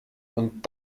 und